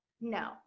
No